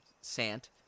sant